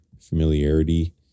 familiarity